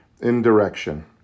indirection